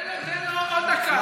תן לו, תן לו עוד דקה.